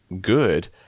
good